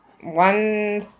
one